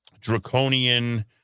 draconian